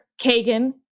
Kagan